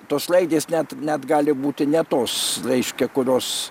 tos raidės net net gali būti ne tos reiškia kurios